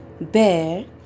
bear